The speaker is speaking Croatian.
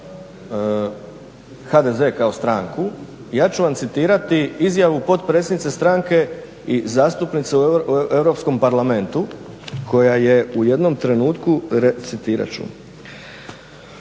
HDZ kao stranku ja ću vam citirati izjavu potpredsjednice stranke i zastupnice u EU parlamentu koja je u jednom trenutku, citirat ću